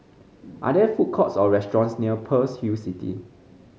are there food courts or restaurants near Pearl's Hill City